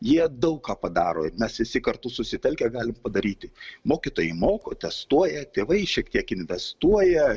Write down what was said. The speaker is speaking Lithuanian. jie daug ką padaro mes visi kartu susitelkę galim padaryti mokytojai moko testuoja tėvai šiek tiek investuoja